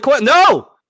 No